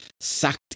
sucked